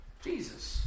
Jesus